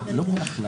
איפה יואב סגלוביץ'?